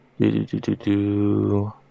Do-do-do-do-do